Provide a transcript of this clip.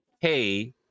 hey